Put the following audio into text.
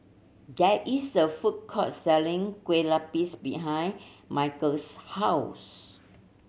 there is a food court selling Kueh Lapis behind Michael's house